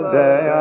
day